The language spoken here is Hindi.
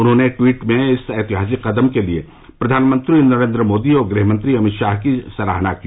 उन्होंने ट्वीट में इस ऐतिहासिक कदम के लिए प्रधानमंत्री नरेन्द्र मोदी और गृह मंत्री अमित शाह की सराहना की